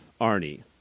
Arnie